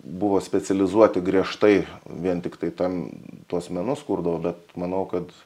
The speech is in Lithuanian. buvo specializuoti griežtai vien tiktai ten tuos menus kurdavo bet manau kad